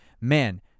man